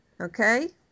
Okay